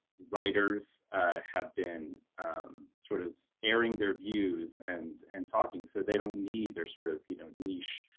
writers have been sort of airing their views and and talking so they don't need their sort of you know niche